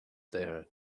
there